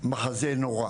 מחזה נורא,